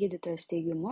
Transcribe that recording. gydytojos teigimu